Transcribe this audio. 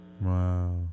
Wow